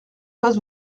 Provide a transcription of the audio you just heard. pas